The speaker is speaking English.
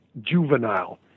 juvenile